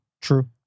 True